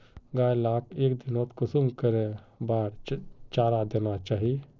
गाय लाक एक दिनोत कुंसम करे बार चारा देना चही?